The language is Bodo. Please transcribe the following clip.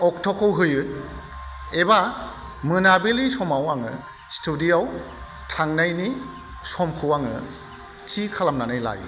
अक्ट'खौ होयो एबा मोनाबिलि समाव आङो स्टुदिअ' आव थांनायनि समखौ आङो थि खालामनानै लायो